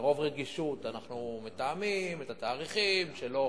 מרוב רגישות אנחנו מתאמים את התאריכים כדי שלא